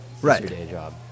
Right